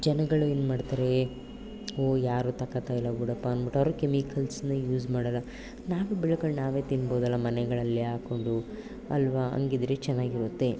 ಜನಗಳು ಏನು ಮಾಡ್ತಾರೆ ಓ ಯಾರು ತಗೋತ ಇಲ್ಲ ಬಿಡಪ್ಪ ಅನ್ಬಿಟ್ಟು ಅವರು ಕೆಮಿಕಲ್ಸನ್ನ ಯೂಸ್ ಮಾಡೋಲ್ಲ ನಾವೇ ಬೆಳ್ಕೊಂಡ್ ನಾವೇ ತಿನ್ಬೌದಲ್ಲ ಮನೆಗಳಲ್ಲಿ ಹಾಕ್ಕೊಂಡು ಅಲ್ವಾ ಹಂಗಿದ್ರೆ ಚೆನ್ನಾಗಿರುತ್ತೆ